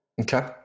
Okay